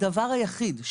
הדבר היחיד,